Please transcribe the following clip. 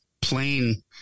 plain